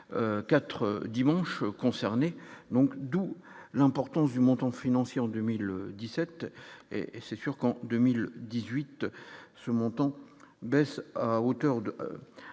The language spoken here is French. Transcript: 4 dimanche concernés, donc d'où l'importance du montant financier en 2017 et c'est sûr qu'en 2018 ce montant baisse à hauteur de